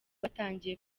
batangiye